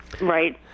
Right